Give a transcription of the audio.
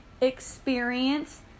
experience